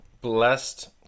blessed